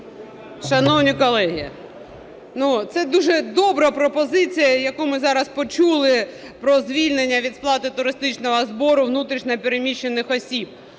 Шановні колеги, ну, це дуже добра пропозиція, яку ми зараз почули, про звільнення від сплати туристичного збору внутрішньо переміщених осіб.